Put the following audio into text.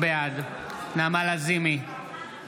בעד נעמה לזימי, נגד אביגדור